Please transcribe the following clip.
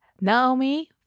Naomi